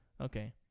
Okay